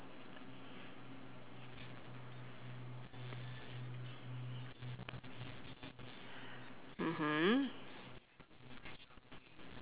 mmhmm